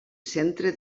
centre